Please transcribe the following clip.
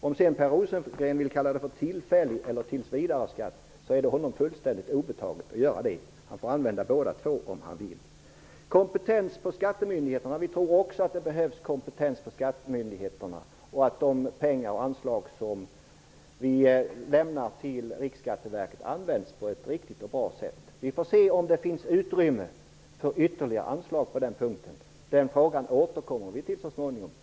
Om sedan Per Rosengren väljer begreppen "tills vidare" eller "tillfällig", så är det honom fullständigt obetaget att göra det. Han får använda båda begreppen om han så vill. Så något om kompetensen hos skattemyndigheterna. Vi tror också att det behövs en kompetens där och att pengarna/anslagen till Riksskatteverket används på ett riktigt och bra sätt. Vi får väl se om det finns utrymme för ytterligare anslag på den punkten. Så småningom återkommer vi till den frågan.